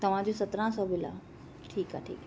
तव्हां जो सत्रहं सौ बिल आहे ठीक आहे ठीक आहे